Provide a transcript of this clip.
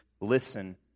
listen